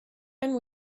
and